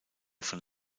von